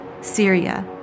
Syria